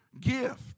gift